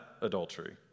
adultery